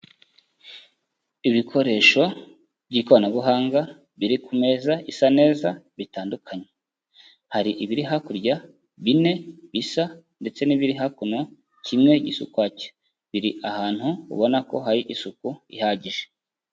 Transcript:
Ibikoresho by'ikoranabuhanga biri ku meza isa neza bitandukanye, hari ibiri hakurya bine bisa ndetse n'ibiri hakuno kimwe gisa ukwacyo, biri ahantu ubona ko hari isuku ihagije.